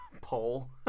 Pole